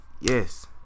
Yes